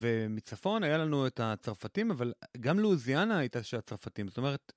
ומצפון היה לנו את הצרפתים, אבל גם לואיזיאנה הייתה של הצרפתים. זאת אומרת,